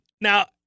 Now